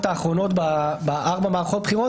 ברשויות מקומיות ושפחות רלוונטי לבחירות